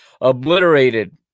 obliterated